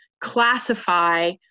classify